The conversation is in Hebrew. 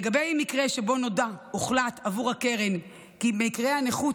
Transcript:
לגבי מקרה שבו הוחלט עבור הקרן כי מקרה הנכות